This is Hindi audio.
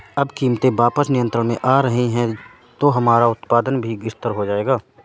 अब कीमतें वापस नियंत्रण में आ रही हैं तो हमारा उत्पादन भी स्थिर हो जाएगा